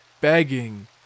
begging